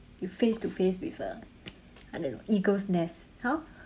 you face to face with a I don't know eagle's nest how